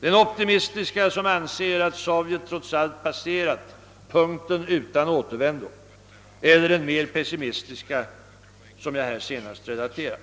den optimistiska som anser att Sovjet trots allt passerat punkten utan återvändo eller den mer pessimistiska som jag här senast relaterat.